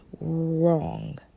wrong